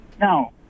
Now